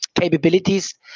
capabilities